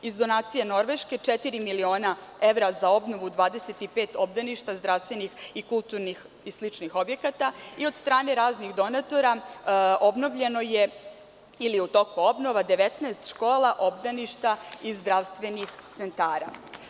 Iz donacije Norveške četiri miliona evra za obnovu 25 obdaništa, zdravstvenih i kulturnih i sličnih objekata i od strane raznih donatora obnovljeno je ili u toku je obnova 19 škola, obdaništa i zdravstvenih centara.